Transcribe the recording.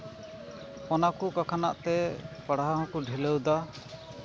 ᱚᱱᱟ ᱠᱚ ᱠᱷᱚᱱᱟᱜ ᱛᱮ ᱯᱟᱲᱦᱟᱣ ᱦᱚᱸᱠᱚ ᱰᱷᱤᱞᱟᱹᱣᱫᱟ